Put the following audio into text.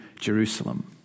Jerusalem